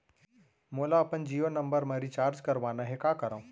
मोला अपन जियो नंबर म रिचार्ज करवाना हे, का करव?